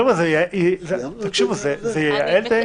חבר'ה, תקשיבו, זה ייעל את העניין.